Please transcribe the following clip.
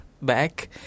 back